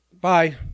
Bye